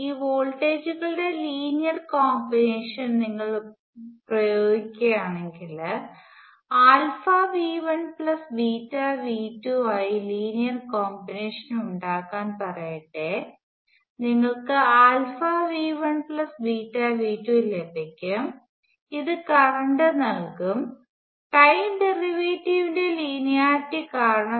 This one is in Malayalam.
ഈ വോൾട്ടേജുകളുടെ ലീനിയർ കോമ്പിനേഷൻ നിങ്ങൾ പ്രയോഗിക്കുകയാണെങ്കിൽ V1v2 ആയി ലീനിയർ കോമ്പിനേഷൻ ഉണ്ടാക്കാൻ പറയട്ടെ നിങ്ങൾക്ക്V1v2 ലഭിക്കും ഇത് കറണ്ട് നൽകും ടൈം ഡെറിവേറ്റീവ് ഇന്റെ ലിനേയറിട്ടി കാരണം